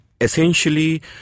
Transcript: essentially